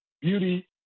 Beauty